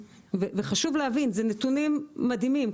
וחשוב להבין שאלה נתונים מדהימים.